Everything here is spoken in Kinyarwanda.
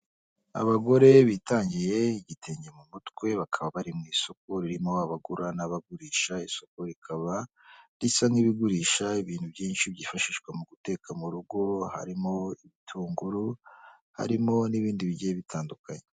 Abagore bitandiye igitenge mu mutwe, bakaba bari mu isoko ririmo abagura n'abagurisha, isoko rikaba risa n'irigurisha ibintu byinshi byifashishwa mu guteka mu rugo, harimo ibitunguru, harimo n'ibindi bigiye bitandukanye.